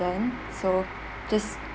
often so just